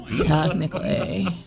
Technically